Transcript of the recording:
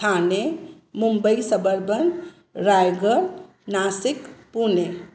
Thane Mumbai suburban Raigad Nashik Pune